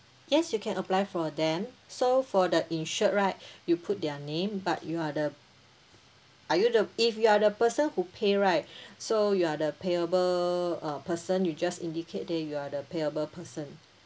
yes you can apply for them so for the insured right you put their name but you are the are you the if you are the person who pay right so you are the payable uh person you just indicate that you are the payable person